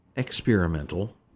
experimental